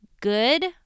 good